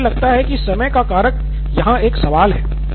सिद्धार्थ मटूरी तो मुझे लगता है कि समय का कारक यहां एक सवाल है